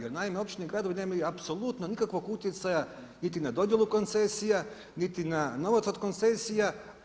Jer naime općine i gradovi nemaju apsolutno nikakvog utjecaja niti na dodjelu koncesija, niti na novac od koncesija.